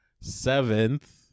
seventh